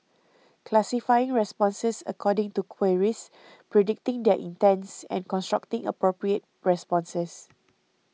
classifying responses according to queries predicting their intents and constructing appropriate responses